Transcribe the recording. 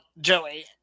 Joey